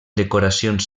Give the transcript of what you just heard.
decoracions